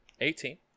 eighteen